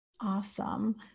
Awesome